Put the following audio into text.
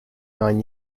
nine